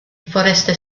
foreste